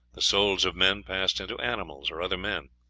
the souls of men passed into animals or other men.